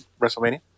WrestleMania